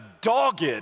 dogged